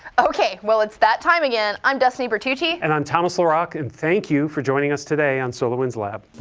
ok, well it's that time again, i'm destiny bertucci. and i'm thomas larock, and thank you for joining us today on solarwinds lab.